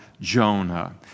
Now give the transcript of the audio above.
Jonah